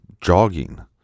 jogging